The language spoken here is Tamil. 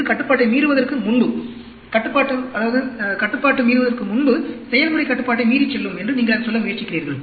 இது கட்டுப்பாட்டை மீறுவதற்கு முன்பு செயல்முறை கட்டுப்பாட்டை மீறிச் செல்லும் என்று நீங்கள் அதைச் சொல்ல முயற்சிக்கிறீர்கள்